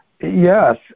Yes